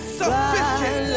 sufficient